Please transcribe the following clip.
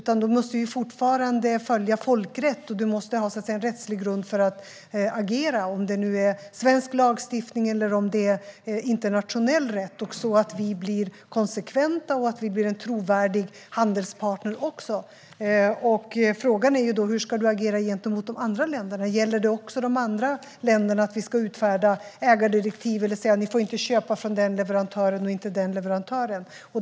Man måste fortfarande följa folkrätten och ha en rättslig grund för att agera, antingen det nu är svensk lagstiftning eller internationell rätt, så att vi blir konsekventa och är en trovärdig handelspartner. Frågan är då hur man ska agera gentemot andra länder. Ska vi också när det gäller andra länder utfärda ägardirektiv eller specificera vilka leverantörer man får köpa från?